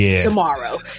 tomorrow